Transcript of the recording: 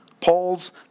Paul's